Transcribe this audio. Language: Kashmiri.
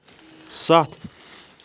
ستھ